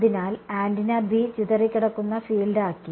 അതിനാൽ antenna B ചിതറിക്കിടക്കുന്ന field ആക്കി